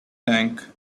tank